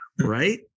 right